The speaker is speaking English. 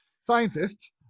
scientist